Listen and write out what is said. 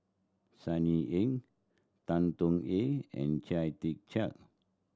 Sunny Ang Tan Tong Hye and Chia Tee Chiak